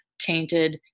tainted